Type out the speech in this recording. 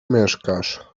mieszkasz